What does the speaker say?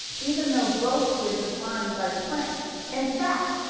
even though both were defined by planck. in fact,